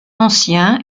ancien